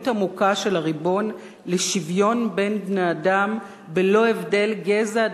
עמוקה של הריבון לשוויון בין בני-אדם ללא הבדל גזע,